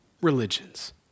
Religions